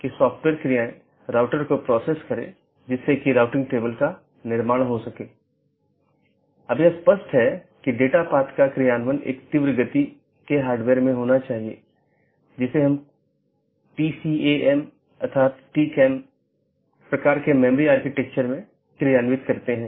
interior gateway protocol में router को एक ऑटॉनमस सिस्टम के भीतर जानकारी का आदान प्रदान करने की अनुमति होती है